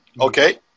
Okay